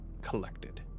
collected